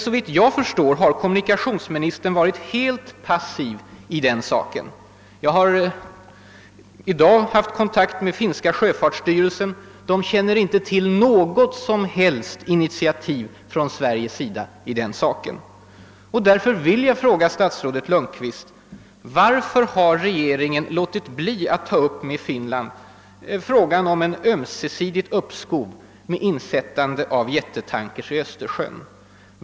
Såvitt jag förstår har kommunikationsministern varit helt passiv i denna sak. Jag har i dag haft kontakt med finska sjöfartsstyrelsen. Den känner inte till något som helst initiativ från Sveriges sida i denna sak. Därför vill jag fråga statsrådet Lundkvist: Varför har regeringen låtit bli att med Finland ta upp frågan om ett ömsesidigt uppskov med insättande av jättetankers i Östersjön.